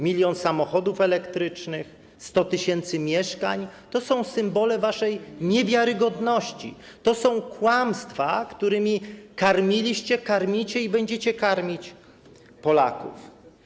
Milion samochodów elektrycznych, 100 tys. mieszkań - to są symbole waszej niewiarygodności, to są kłamstwa, którymi karmiliście, karmicie i będziecie karmić Polaków.